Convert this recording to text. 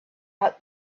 out